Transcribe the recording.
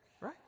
Right